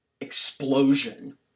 explosion